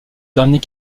dernier